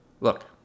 Look